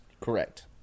Correct